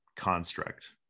construct